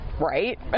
Right